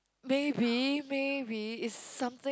maybe maybe it's something